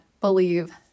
believe